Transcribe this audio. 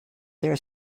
their